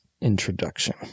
introduction